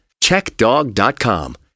CheckDog.com